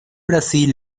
brasil